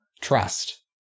trust